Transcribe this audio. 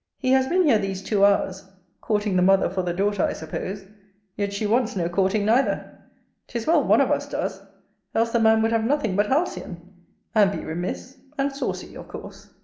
he has been here these two hours courting the mother for the daughter, i suppose yet she wants no courting neither tis well one of us does else the man would have nothing but halcyon and be remiss, and saucy of course.